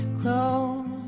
close